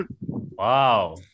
Wow